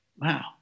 wow